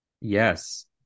Yes